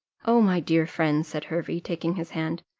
oh, my dear friend, said hervey, taking his hand,